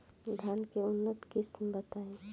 धान के उन्नत किस्म बताई?